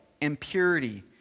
impurity